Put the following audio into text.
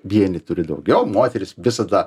vieni turi daugiau moteris visada